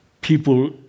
People